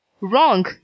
Wrong